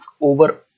over